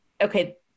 okay